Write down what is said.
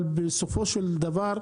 אבל בסופו של דבר,